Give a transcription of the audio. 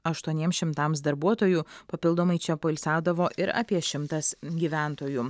aštuoniems šimtams darbuotojų papildomai čia poilsiaudavo ir apie šimtas gyventojų